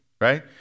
right